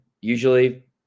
usually